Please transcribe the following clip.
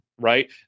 Right